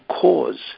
cause